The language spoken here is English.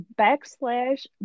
backslash